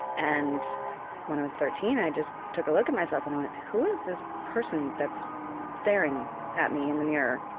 and when i was thirteen i just took a look at myself and went who is this person that's staring at me in the mirror?